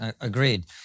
Agreed